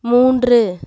மூன்று